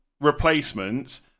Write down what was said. replacements